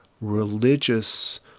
religious